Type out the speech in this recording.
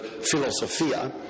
philosophia